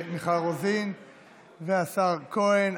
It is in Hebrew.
מיכל רוזין והשר כהן.